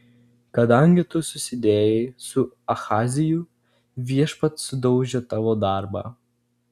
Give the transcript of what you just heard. kadangi tu susidėjai su ahaziju viešpats sudaužė tavo darbą